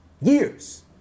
years